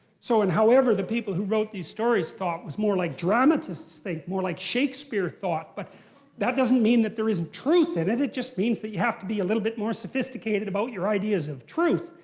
so and however the people who wrote these stories thought was more like dramatists, more like shakespeare thought. but that doesn't mean that there isn't truth in it, it just means that you have to be a little bit more sophisticated about your ideas of truth.